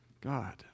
God